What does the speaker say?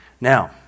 Now